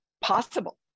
possible